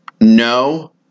no